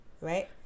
right